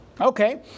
Okay